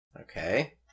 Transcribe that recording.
Okay